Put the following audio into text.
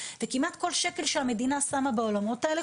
וכמעט כל שקל שהמדינה שמה בעולמות האלה,